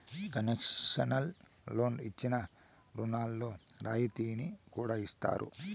concessional లోన్లు ఇచ్చిన రుణాల్లో రాయితీని కూడా ఇత్తారు